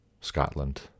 Scotland